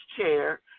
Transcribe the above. Chair